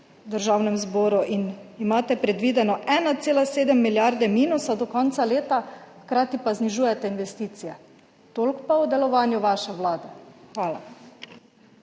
Državnem zboru in imate predvidene 1,7 milijarde minusa do konca leta, hkrati pa znižujete investicije. Toliko pa o delovanju vaše vlade. Hvala.